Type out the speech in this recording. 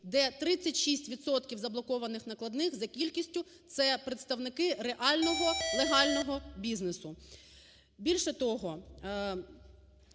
заблокованих накладних за кількістю – це представники реального, легального бізнесу. Більше того,